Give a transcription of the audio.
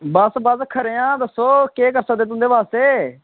बस बस खरे आं दस्सो बस केह् दस्सा दे आं तुंदे बारै